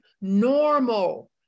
normal